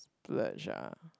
splurge ah